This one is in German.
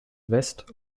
west